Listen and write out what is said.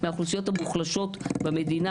מהאוכלוסיות המוחלשות במדינה,